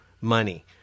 money